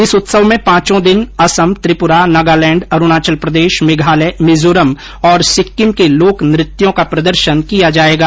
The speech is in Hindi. इस उत्सव में पांचों दिन असम त्रिपुरा नागालैण्ड अरूणचल प्रदेश मेघालय मिजोरम और सिक्किम के लोकनृत्यों का प्रदर्शन किया जायेगा